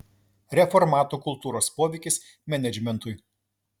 reformatų kultūros poveikis menedžmentui